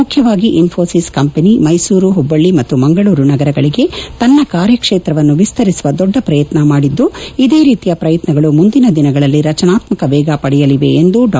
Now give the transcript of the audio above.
ಮುಖ್ಯವಾಗಿ ಅನ್ನೋಸಿಸ್ ಕಂಪನಿ ಮೈಸೂರು ಹುಬ್ಬಳ್ಳಿ ಮತ್ತು ಮಂಗಳೂರು ನಗರಗಳಿಗೆ ತನ್ನ ಕಾರ್ಯಕ್ಷೇತ್ರವನ್ನು ವಿಸ್ತರಿಸುವ ದೊಡ್ಡ ಪ್ರಯತ್ನ ಮಾಡಿದ್ದು ಇದೇ ರೀತಿಯ ಪ್ರಯತ್ನಗಳು ಮುಂದಿನ ದಿನಗಳಲ್ಲಿ ರಚನಾತ್ಮಕ ವೇಗ ಪಡೆಯಲಿವೆ ಎಂದು ಡಾ